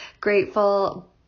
grateful